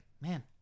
man